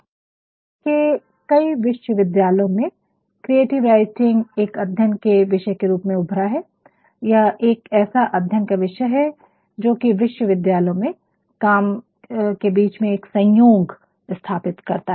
दुनिया के कई विश्वविद्यालयों में क्रिएटिव राइटिंग एक अध्ययन के विषय के रूप में उभरा है यह एक ऐसा अध्ययन का विषय है जो कि विश्वविद्यालयों में काम के बीच में एक संयोग स्थापित करता है